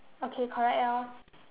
okay correct ah